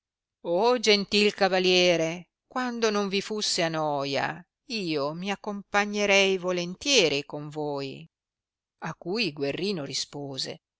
gentil cavaliere quando non vi fosse a noia io mi accompagnerei volontieri con voi a cui guerrino rispose